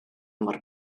mor